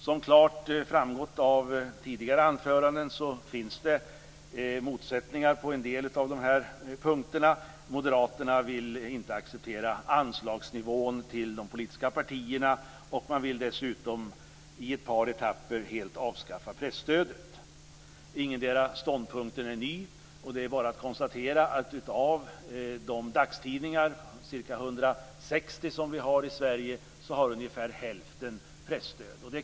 Som klart framgått av tidigare anföranden finns det motsättningar på en del av de här punkterna. Moderaterna vill inte acceptera nivån på anslagen till de politiska partierna. De vill dessutom i ett par etapper helt avskaffa presstödet. Ingendera ståndpunkten är ny. Det är bara att konstatera att av de ca 160 dagstidningar som finns i Sverige har ungefär hälften pressstöd.